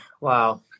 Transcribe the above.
Wow